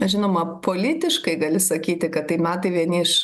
žinoma politiškai gali sakyti kad tai metai vieni iš